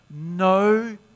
no